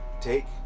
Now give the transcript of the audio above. Take